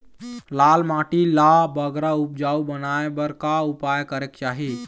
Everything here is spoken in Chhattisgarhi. लाल माटी ला बगरा उपजाऊ बनाए बर का उपाय करेक चाही?